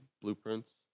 blueprints